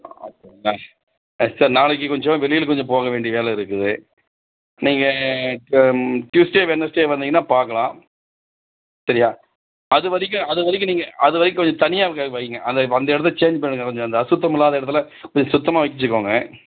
அப்படிங்களா ஆ சார் நாளைக்கு கொஞ்சம் வெளியில் கொஞ்சம் போக வேண்டிய வேலை இருக்குது நீங்கள் இப்போ டியூஸ்டே வெட்னஸ்டே வந்தீங்கன்னால் பார்க்கலாம் சரியாக அது வரைக்கும் அது வரைக்கும் நீங்கள் அது வரைக்கும் கொஞ்சம் தனியாக எங்கையாது வையுங்க அதை அந்த இடத்த சேஞ்ச் பண்ணுங்கள் கொஞ்சம் அந்த அசுத்தம் இல்லாத இடத்துல கொஞ்சம் சுத்தமாக வைச்சுக்கோங்க